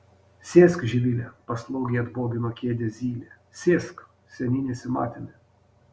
sėsk živile paslaugiai atbogino kėdę zylė sėsk seniai nesimatėme